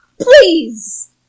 Please